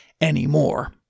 anymore